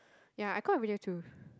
ya caught rally to